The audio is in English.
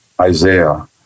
Isaiah